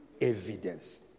evidence